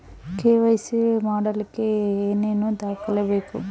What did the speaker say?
KYC ಮಾಡಲಿಕ್ಕೆ ಏನೇನು ದಾಖಲೆಬೇಕು?